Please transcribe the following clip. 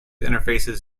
interfaces